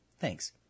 Thanks